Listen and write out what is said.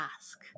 ask